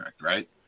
right